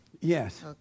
Yes